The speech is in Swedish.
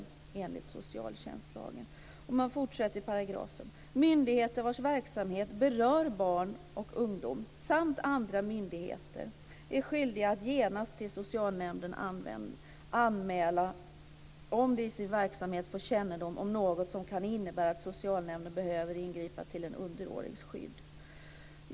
Myndigheter vars verksamhet berör barn och ungdom samt andra myndigheter inom hälso och sjukvården och socialtjänsten är skyldiga att genast till socialnämnden anmäla om de i sin verksamhet får kännedom om något som kan innebära att socialnämnden behöver ingripa till en underårigs skydd."